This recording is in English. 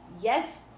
Yes